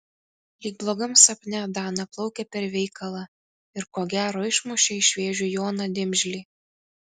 lyg blogam sapne dana plaukė per veikalą ir ko gero išmušė iš vėžių joną dimžlį